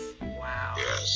wow